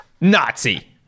Nazi